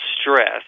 stress